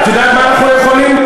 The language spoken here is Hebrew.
את יודעת מה אנחנו לא יכולים?